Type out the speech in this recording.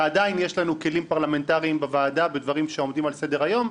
ועדיין יש לנו כלים פרלמנטריים בוועדה בדברים שעומדים על סדר-היום,